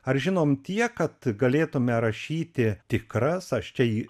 ar žinom tiek kad galėtume rašyti tikras aš čia į